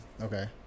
okay